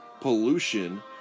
pollution